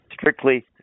strictly